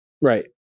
Right